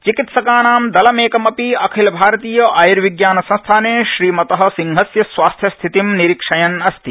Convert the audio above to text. चिकित्सकानां दलमेकम् अपि अखिलभारतीय आय्र्विज्ञानसंस्थाने श्रीमत सिंहस्य स्वास्थस्थितिं निरीक्षयन् अस्ति